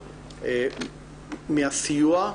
מהסיוע,